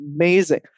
amazing